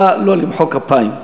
נא לא למחוא כפיים.